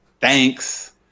Thanks